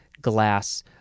glass